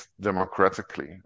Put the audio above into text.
democratically